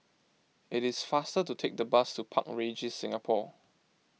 it is faster to take the bus to Park Regis Singapore